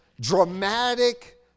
dramatic